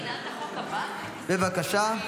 בבקשה.